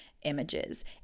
images